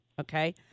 Okay